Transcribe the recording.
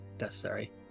necessary